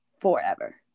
forever